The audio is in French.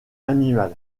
animal